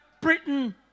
Britain